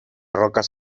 rocas